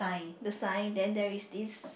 the sign then there is this